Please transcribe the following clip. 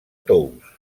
tous